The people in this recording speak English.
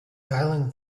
dialling